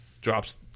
drops